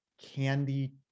candy